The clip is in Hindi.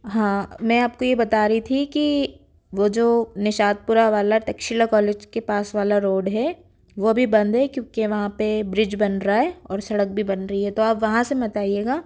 हाँ मैं आपको यह बता रही थी कि वह जो निषादपुरा वाला तक्षशिला कॉलेज के पास वाला रोड है वह भी बंद है क्योकि वहाँ पर ब्रिज बन रहा है और सड़क भी बन रही है तो आप वहाँ से मत आइएगा